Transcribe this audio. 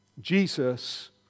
Jesus